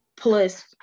plus